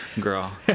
girl